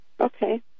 Okay